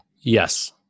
Yes